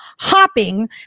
hopping